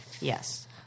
yes